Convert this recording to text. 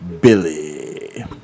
Billy